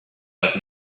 but